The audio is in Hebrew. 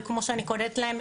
וכמו שאני קוראת להן,